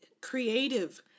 creative